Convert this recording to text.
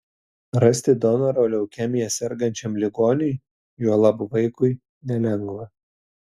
rasti donorą leukemija sergančiam ligoniui juolab vaikui nelengva